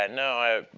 and no,